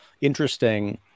interesting